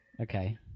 Okay